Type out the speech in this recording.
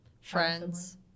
Friends